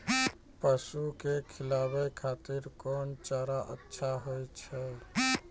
पसु के खिलाबै खातिर कोन चारा अच्छा होय छै?